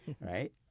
right